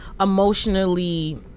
emotionally